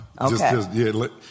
Okay